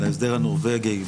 להסדר הנורבגי,